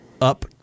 up